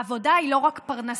העבודה היא לא רק פרנסה.